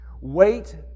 Wait